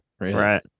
Right